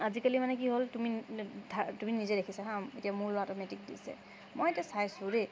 আজিকালি মানে কি হ'ল তুমি তুমি নিজে দেখিছা হাঁ এতিয়া মোৰ ল'ৰাটো এতিয়া মেট্ৰিক দিছে মই এতিয়া চাইছোঁ দেই